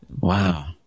Wow